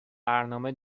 برنامه